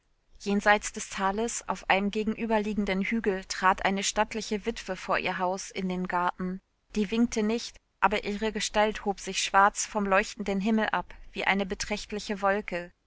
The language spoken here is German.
jenseits des tales auf einem gegenüberliegenden hügel trat eine stattliche witwe vor ihr haus in den garten die winkte nicht aber ihre gestalt hob sich schwarz vom leuchtenden himmel ab wie eine beträchtliche wolke